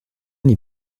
les